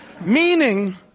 Meaning